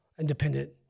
independent